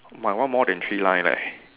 my one more than three line leh